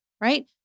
right